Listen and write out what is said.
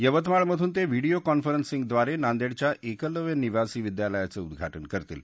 यवतमाळ मधून ते व्हिडीओ कॉन्फरसिंगद्वारे नांदेडच्या एकलव्य निवासी विद्यालयाचं उद्घाटन करतील